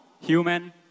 human